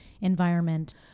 environment